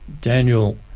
Daniel